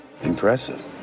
Impressive